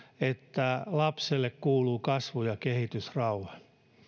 että lapselle kuuluu kasvu ja kehitysrauha